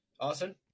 Austin